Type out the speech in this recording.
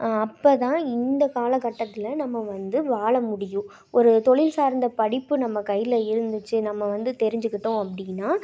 அப்போ தான் இந்த காலகட்டத்தில் நம்ம வந்து வாழ முடியும் ஒரு தொழில் சார்ந்த படிப்பு நம்ம கையில் இருந்துச்சு நம்ம வந்து தெரிஞ்சிக்கிட்டோம் அப்படின்னா